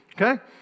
okay